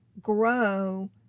grow